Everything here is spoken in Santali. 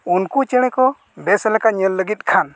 ᱩᱱᱠᱩ ᱪᱮᱬᱮ ᱠᱚ ᱵᱮᱥ ᱞᱮᱠᱟ ᱧᱮᱞ ᱞᱟᱹᱜᱤᱫ ᱠᱷᱟᱱ